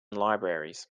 libraries